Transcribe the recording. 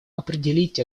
определить